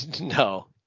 No